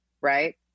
right